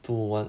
two O one